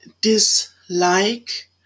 dislike